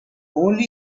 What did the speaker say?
only